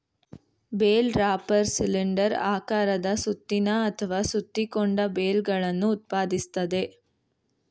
bale wrapper cylinder ಆಕಾರದ ಸುತ್ತಿನ ಅಥವಾ ಸುತ್ತಿಕೊಂಡ ಬೇಲ್ಗಳನ್ನು ಉತ್ಪಾದಿಸ್ತದೆ